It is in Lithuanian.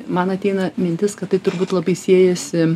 man ateina mintis kad tai turbūt labai siejasi